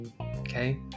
okay